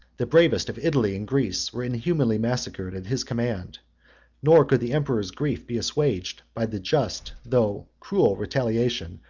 the bravest of italy and greece, were inhumanly massacred at his command nor could the emperor's grief be assuaged by the just though cruel retaliation,